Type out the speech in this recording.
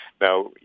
Now